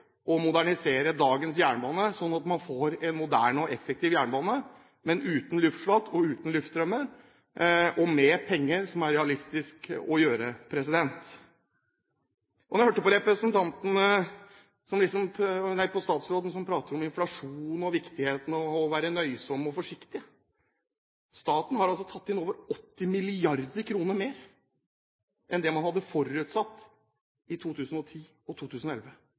og modernisere dagens jernbane slik at man får en moderne og effektiv jernbane – men uten luftslott og uten luftdrømmer – og med penger som det er realistisk å gjøre det med. Jeg hørte på statsråden som pratet om inflasjon og viktigheten av å være nøysom og forsiktig. Staten har tatt inn 80 mrd. kr mer enn det man hadde forutsatt i 2010 og i 2011.